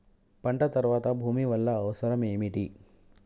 పంట తర్వాత భూమి వల్ల అవసరం ఏమిటి?